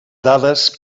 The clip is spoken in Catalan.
dades